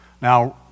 Now